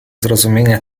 zrozumienia